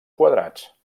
quadrats